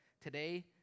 today